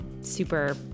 super